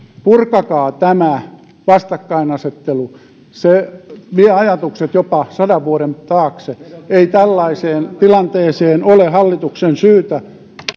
purkakaa tämä vastakkainasettelu se vie ajatukset jopa sadan vuoden taakse ei tällaiseen tilanteeseen ole hallituksen syytä